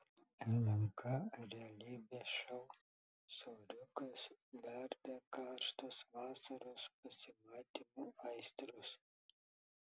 lnk realybės šou soriukas verda karštos vasaros pasimatymų aistros